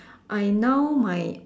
I now my